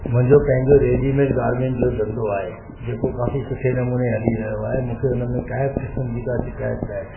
मुंहिंजो पंहिंजो readymade garment जो धंधो आहे जेको काफ़ी सुठे नमूने हली रहियो आहे ऐं मूंखे उन में कंहिं बि क़िस्म जी का शिकायत न आहे